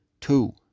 Two